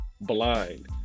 Blind